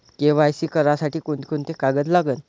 KYC करासाठी कोंते कोंते कागद लागन?